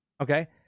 okay